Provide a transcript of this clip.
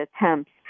attempts